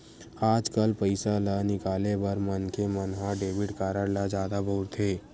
आजकाल पइसा ल निकाले बर मनखे मन ह डेबिट कारड ल जादा बउरथे